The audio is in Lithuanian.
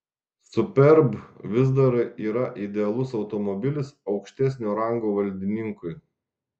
superb vis dar yra idealus automobilis aukštesnio rango valdininkui